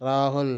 Rahul